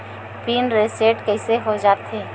Pin reset कइसे हो जाथे?